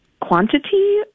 quantity